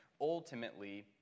ultimately